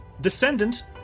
descendant